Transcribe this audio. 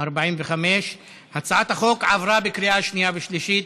45. הצעת החוק עברה בקריאה שנייה ושלישית.